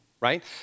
right